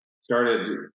started